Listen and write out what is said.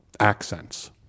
accents